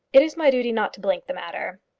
it is my duty not to blink the matter.